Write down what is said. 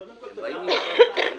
קודם כול, תודה רבה על